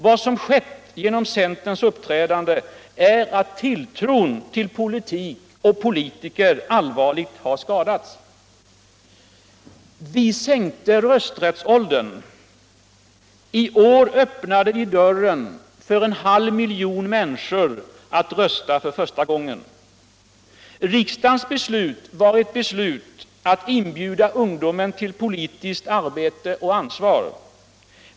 Vad som skett genom centerns uppträdande är att tilltron till politik och. politiker allvarligt har skadats.. Vi sänkte rösträttsåldern. I år öppnade vi dörren för en halv miljon människor att rösta för första gången. Riksdagens beslut var ett beslut att inbjuda ungdomen tull politiskt arbete och ansvar.